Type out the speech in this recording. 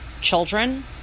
children